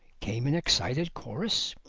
came in excited chorus.